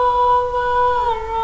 over